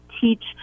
teach